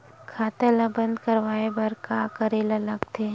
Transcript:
खाता ला बंद करवाय बार का करे ला लगथे?